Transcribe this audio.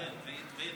איתה, אדוני היושב-ראש.